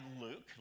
Luke